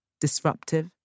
disruptive